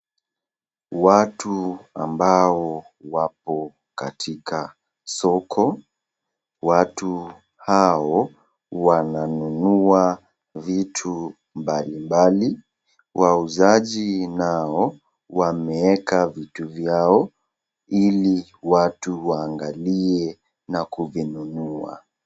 Watu ambao wapo katika soko. Watu hao wananunua vitu mbalimbali. Wauzaji nao wameweka vitu vyao ili watu waangalie na kuvinunua.